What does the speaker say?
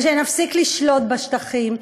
וכשנפסיק לשלוט בשטחים,